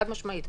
חד-משמעית.